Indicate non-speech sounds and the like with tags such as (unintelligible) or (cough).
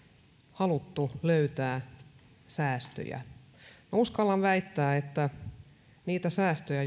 haluttu löytää säästöjä minä uskallan väittää että niitä säästöjä (unintelligible)